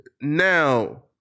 Now